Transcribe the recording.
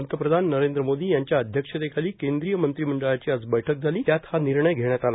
पंतप्रधान नरेंद्र मोदी यांच्या अध्यक्षतेखाली केंद्रीय मंत्रिमंडळाची आज बैठक झाली त्यात हा निर्णय घेण्यात आला